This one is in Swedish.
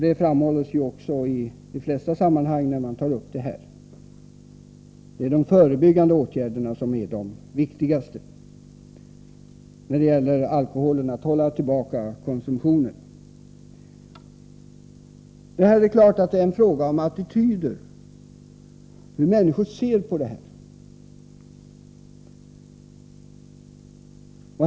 Det framhålls också i de flesta sammanhang när man tar upp dessa frågor. Det är de förebyggande åtgärderna som är de viktigaste, och när det gäller alkoholen måste konsumtionen hållas tillbaka. I dessa sammanhang är det givetvis fråga om människors attityder.